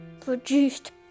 Produced